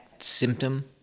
symptom